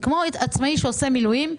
זה כמו עצמאי שעושה מילואים,